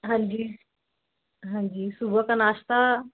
ਹਾਂਜੀ ਹਾਂਜੀ ਸੁਬਹ ਕਾ ਨਾਸ਼ਤਾ